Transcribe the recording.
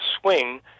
swing